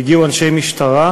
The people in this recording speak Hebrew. הגיעו אנשי משטרה,